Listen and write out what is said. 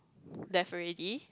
left already